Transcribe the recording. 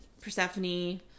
Persephone